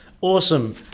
awesome